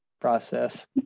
process